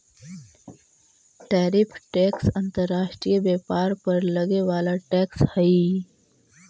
tariff tax अंतर्राष्ट्रीय व्यापार पर लगे वाला टैक्स हई